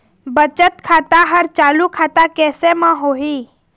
बचत खाता हर चालू खाता कैसे म होही?